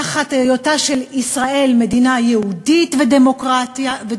תחת היותה של ישראל מדינה יהודית ודמוקרטית,